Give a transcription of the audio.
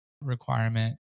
requirement